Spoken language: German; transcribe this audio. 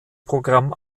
programm